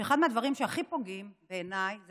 שאחד מהדברים שהכי פוגעים בעיניי זה